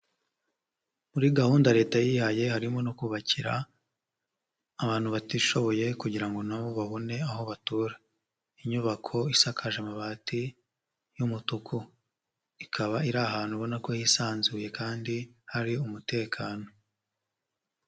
Muri gahunda Leta yihaye harimo no kubakira abantu batishoboye kugira ngo na bo babone aho batura, inyubako isakaje amabati y'umutuku ikaba iri ahantu ubona ko yisanzuye kandi hari umutekano.